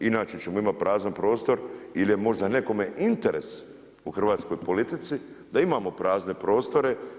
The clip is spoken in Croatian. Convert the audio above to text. Inače ćemo imati prazan prostor ili je možda nekome interes u hrvatskoj politici da imamo prazne prostore.